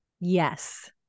Yes